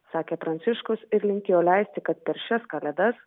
sakė pranciškus ir linkėjo leisti kad per šias kalėdas